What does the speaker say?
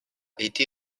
été